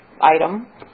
item